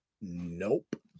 Nope